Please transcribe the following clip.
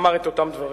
אמר את אותם דברים.